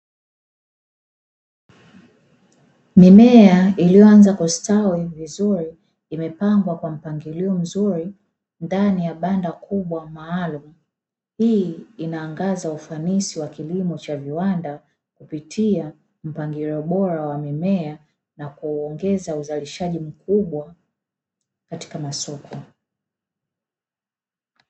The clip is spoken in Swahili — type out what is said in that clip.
Mimea iliyoanza kustawi vizuri imepangwa kwa mpangilio mzuri ndani ya banda kubwa maalumu, hii inaangaza ufanisi wa kilimo cha viwanda kupitia mpangilio bora wa mimea na kuongeza uzalishaji mkubwa katika masoko.